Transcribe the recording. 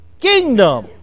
kingdom